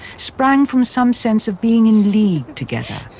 sprang from some sense of being in league together,